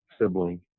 sibling